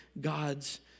God's